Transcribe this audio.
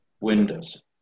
Windows